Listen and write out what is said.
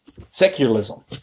Secularism